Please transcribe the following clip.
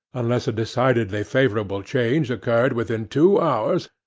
unless a decidedly favourable change occurred within two hours,